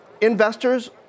investors